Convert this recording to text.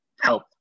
help